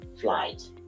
flight